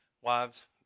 wives